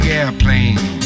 airplane